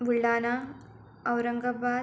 Buldhana Aurangabad